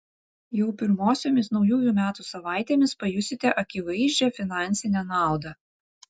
jau pirmosiomis naujųjų metų savaitėmis pajusite akivaizdžią finansinę naudą